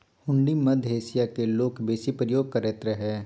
हुंडी मध्य एशियाक लोक बेसी प्रयोग करैत रहय